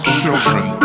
children